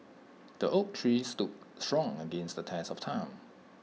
the oak tree stood strong against the test of time